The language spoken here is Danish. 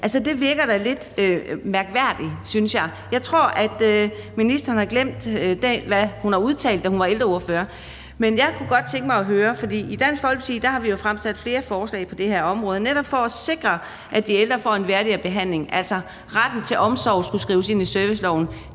det virker da lidt mærkværdigt, synes jeg. Jeg tror, at ministeren har glemt, hvad hun udtalte, da hun var ældreordfører. Men jeg kunne godt tænke mig at høre om noget, for i Dansk Folkeparti har vi jo fremsat flere forslag på det her område netop for at sikre, at de ældre får en værdigere behandling. Altså, det er f.eks., at retten til omsorg skulle skrives ind i serviceloven.